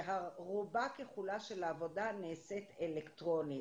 רובה ככולה של העבודה נעשית אלקטרונית.